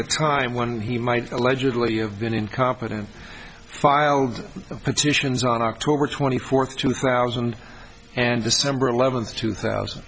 the time when he might allegedly have been incompetent filed petitions on october twenty fourth two thousand and december eleventh two thousand